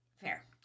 Fair